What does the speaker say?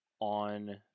on